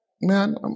Man